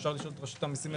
אפשר לשאול את רשות המסים.